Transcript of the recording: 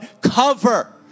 Cover